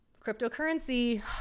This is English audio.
cryptocurrency